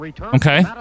okay